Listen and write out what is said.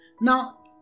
Now